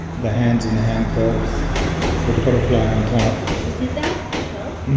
the hands in the handcuffs with a butterfly on top. you did that yourself?